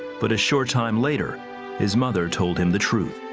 but a short time later his mother told him the truth.